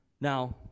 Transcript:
Now